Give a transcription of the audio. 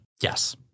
yes